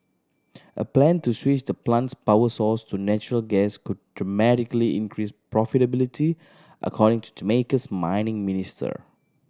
a plan to switch the plant's power source to natural gas could dramatically increase profitability according to Jamaica's mining minister